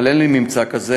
אבל אין לי ממצא כזה.